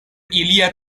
ilia